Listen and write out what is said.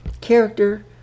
character